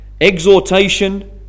exhortation